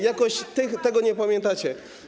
Jakoś tego nie pamiętacie.